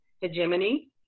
hegemony